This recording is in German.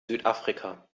südafrika